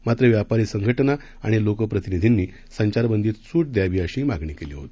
मात्र व्यापारी संघटना आणि लोकप्रतिनिधींनी संचारबंदीत सूट द्यावी अशी मागणी केली होती